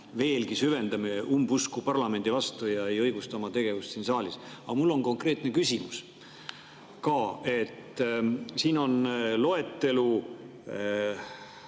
veelgi umbusku parlamendi vastu ja ei õigusta oma tegevust siin saalis. Mul on konkreetne küsimus ka. Siin on loetelu